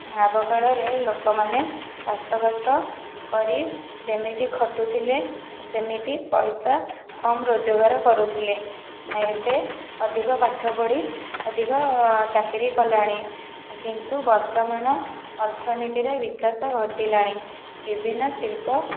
ଆଗକାଳରେ ଲୋକମାନେ ଚାଷବାସ କରି ଯେମିତି ଖଟୁଥିଲେ ସେମିତି ପଇସା କମ୍ ରୋଜଗାର କରୁଥିଲେ ଏବେ ଅଧିକ ପାଠ ପଢ଼ି ଅଧିକ ଚାକିରି କଲେଣି କିନ୍ତୁ ବର୍ତ୍ତମାନ ଅର୍ଥନୀତିରେ ବିକାଶ ଘଟିଲାଣି ବିଭିନ୍ନ ଶିଳ୍ପ